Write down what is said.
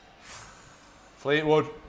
Fleetwood